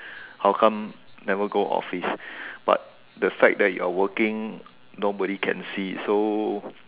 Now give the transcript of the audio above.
how come never go office but the fact you're working nobody can see so